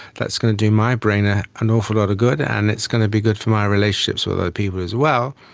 that's going to do my brain ah and awful lot of good and it's going to be good for my relationships with other people as well.